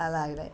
అలాగనే